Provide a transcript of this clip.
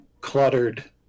cluttered